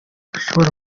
bishobora